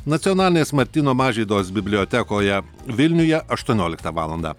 nacionalinės martyno mažvydos bibliotekoje vilniuje aštuonioliktą valandą